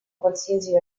qualsiasi